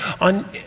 on